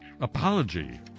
apology